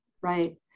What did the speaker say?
right